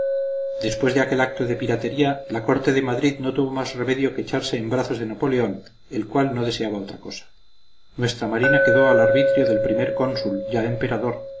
después de aquel acto de piratería la corte de madrid no tuvo más remedio que echarse en brazos de napoleón el cual no deseaba otra cosa nuestra marina quedó al arbitrio del primer cónsul ya emperador